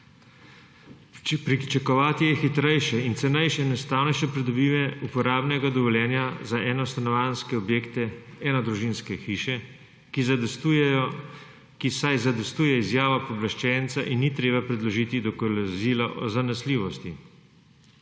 Pričakovati je hitrejše in cenejše, enostavnejše pridobivanje uporabnega dovoljenja za enostanovanjske objekte, enodružinske hiše, saj zadostuje izjava pooblaščenca in ni treba predložiti dokazila o zanesljivosti.